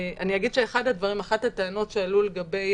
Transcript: אחת הטענות שעלו לגבי